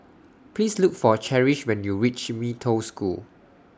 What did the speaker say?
Please Look For Cherish when YOU REACH Mee Toh School